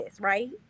right